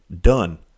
Done